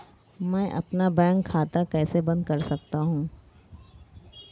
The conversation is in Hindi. मैं अपना बैंक खाता कैसे बंद कर सकता हूँ?